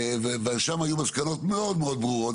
ושם היו מסקנות מאוד ברורות,